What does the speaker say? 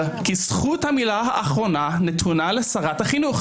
כי זכות המילה האחרונה נתונה לשרת החינוך.